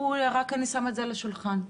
אני שמה את זה על השולחן,